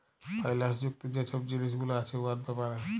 ফাইল্যাল্স যুক্ত যে ছব জিলিস গুলা আছে উয়ার ব্যাপারে